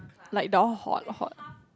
like down hot hot